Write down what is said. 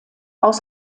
aus